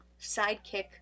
Sidekick